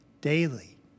daily